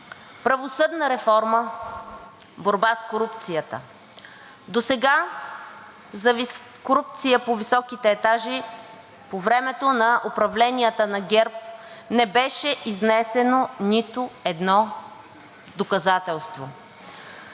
Правосъдна реформа, борба с корупцията. Досега за корупция по високите етажи по времето на управленията на ГЕРБ не беше изнесено нито едно доказателство.